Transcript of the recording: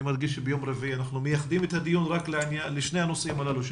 אני מדגיש שביום רביעי אנחנו מייחדים את הדיון רק לשני הנושאים הללו,